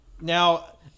Now